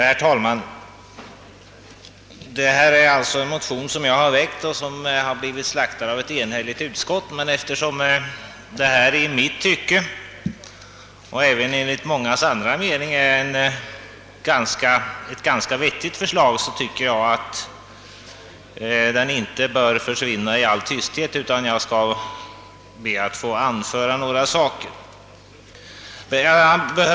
Herr talman! Det gäller här en motion, som jag har väckt och som har blivit slaktad av ett enhälligt bevillningsutskott. Eftersom det i mitt och enligt många andras tycke är ett ganska vettigt förslag tycker jag det inte bör försvinna i all tysthet, och jag skall därför be att få anföra några synpunkter.